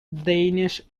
danish